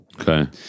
Okay